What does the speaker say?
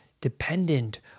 dependent